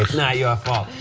not your fault.